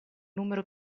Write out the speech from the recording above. numero